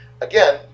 Again